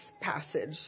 passage